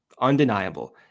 undeniable